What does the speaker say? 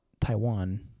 Taiwan